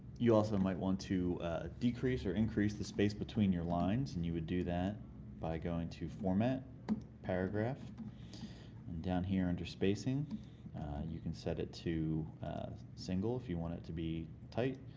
you also might want to decrease or increase the space between your lines and you would do that by going to format paragraph down here under spacing you can set it single if you want it to be tight.